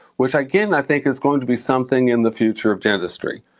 which again, i think, is going to be something in the future of dentistry.